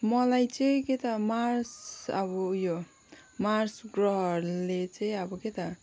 मलाई चाहिँ के त मार्स अब उयो मार्स ग्रहले चाहिँ अब के त